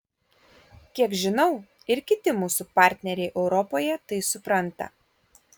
kiek žinau ir kiti mūsų partneriai europoje tai supranta